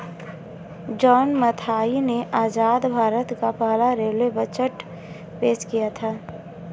John Mathai ने आजाद भारत का पहला रेलवे बजट पेश किया था